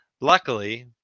luckily